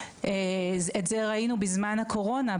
את זה ראינו בזמן הקורונה.